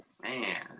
Man